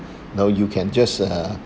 you know you can just uh